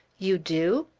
you do?